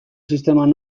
sisteman